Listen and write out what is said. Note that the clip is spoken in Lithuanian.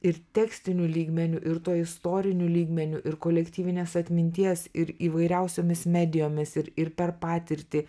ir tekstiniu lygmeniu ir tuo istoriniu lygmeniu ir kolektyvinės atminties ir įvairiausiomis medijomis ir ir per patirtį